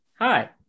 Hi